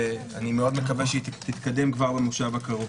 ואני מאוד מקווה שהיא תתקדם כבר במושב הקרוב.